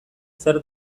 zer